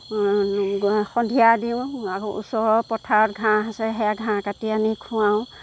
সন্ধিয়া দিওঁ ওচৰৰ পথাৰত ঘাঁহ আছে সেয়া ঘাঁহ কাটি আনি খোৱাওঁ